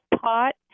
pot